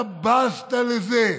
אתה בזת לזה,